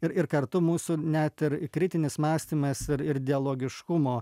ir ir kartu mūsų net ir kritinis mąstymas ir ir dialogiškumo